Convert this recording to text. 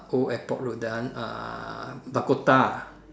old airport road that one uh Dakota ah